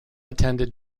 attended